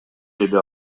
деди